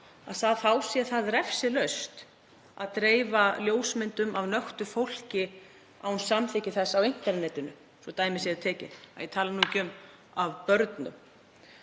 sé það refsilaust að dreifa ljósmyndum af nöktu fólki án samþykkis þess, á internetinu svo dæmi séu tekin, að ég tali nú ekki um af börnum,